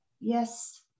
yes